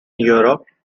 europe